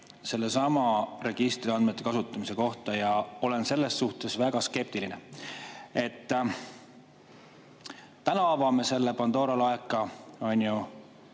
ka ikkagi registriandmete kasutamise kohta ja olen selles suhtes väga skeptiline. Täna me avame selle Pandora laeka